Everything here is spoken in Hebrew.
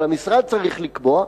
אבל המשרד צריך לקבוע,